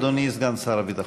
אדוני סגן שר הביטחון.